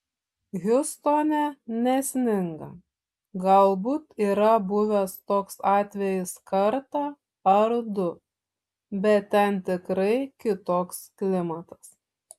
hjustone nesninga galbūt yra buvęs toks atvejis kartą ar du bet ten tikrai kitoks klimatas